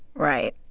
right.